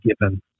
given